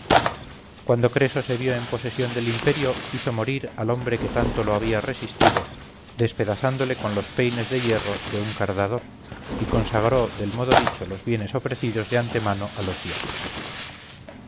cuando creso se vio en posesión del imperio hizo morir al hombre que tanto lo había resistido despedazándole con los peines de hierro de un cardador y consagró del modo dicho los bienes ofrecidos de antemano a los dioses